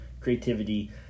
creativity